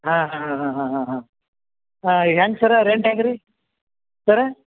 ಹಾಂ ಹಾಂ ಹಾಂ ಹಾಂ ಹಾಂ ಹಾಂ ಹ್ಯಾಂಗೆ ಸರ್ ರೆಂಟ್ ಹ್ಯಾಂಗ ರೀ ಸರ್